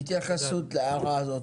התייחסות להערה הזאת.